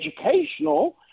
educational